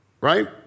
Right